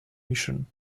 mission